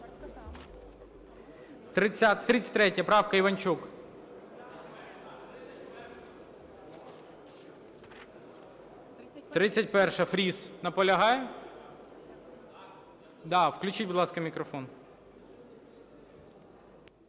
33 правка, Іванчук. 31-а, Фріс. Наполягає? Да. Включіть, будь ласка, мікрофон.